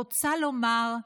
רוצה לומר,